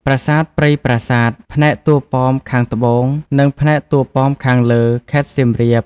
ប្រាសាទព្រៃប្រាសាទ (ផ្នែកតួប៉មខាងត្បូង និងផ្នែកតួប៉មខាងលើ) (ខេត្តសៀមរាប)។